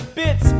bits